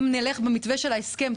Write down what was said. אם נלך במתווה של ההסכם,